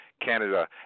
canada